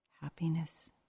happiness